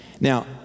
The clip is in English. Now